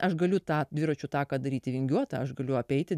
aš galiu tą dviračių taką daryti vingiuotą aš galiu apeiti